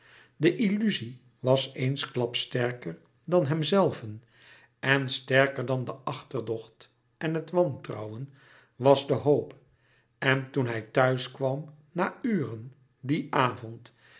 de illuzie was eensklaps sterker dan hemzelven en sterker dan de achterdocht en het wantrouwen was de hoop en toen hij thuis kwam na uren dien avond